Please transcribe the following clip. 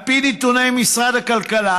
על פי נתוני משרד הכלכלה,